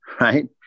right